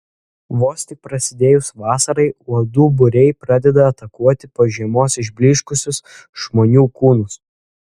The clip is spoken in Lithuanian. vos tik prasidėjus vasarai uodų būriai pradeda atakuoti po žiemos išblyškusius žmonių kūnus